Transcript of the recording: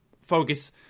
focus